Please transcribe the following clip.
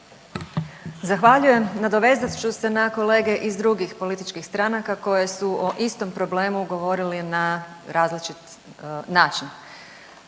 Zahvaljujem. Nadovezat ću se na kolege iz drugih političkih stranaka koje su o istom problemu govorili na različit način,